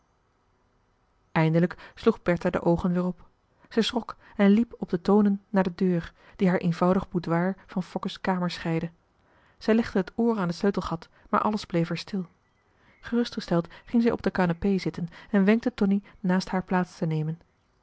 eindelijk sloeg bertha de oogen weer op zij schrok en liep op de toonen naar de deur die haar eenvoudig boudoir van fokke's kamer scheidde zij legde het oor aan het sleutelgat maar alles bleef er stil gerustgesteld ging zij op de canapé zitten en wenkte tonie naast haar plaats tenemen